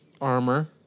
armor